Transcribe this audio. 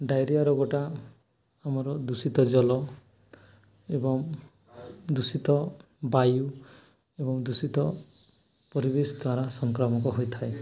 diarrhoea ରୋଗଟା ଆମର ଦୂଷିତ ଜଲ ଏବଂ ଦୂଷିତ ବାୟୁ ଏବଂ ଦୂଷିତ ପରିବେଶ ଦ୍ୱାରା ସଂକ୍ରାମକ ହୋଇଥାଏ